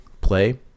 play